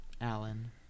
Alan